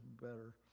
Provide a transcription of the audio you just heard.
better